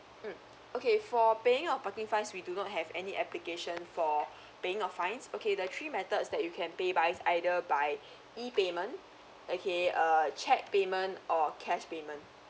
mm okay for paying your parking fines we do not have any application for paying of fines okay the three methods that you can pay fines either by e payment okay err cheque payment or cash payment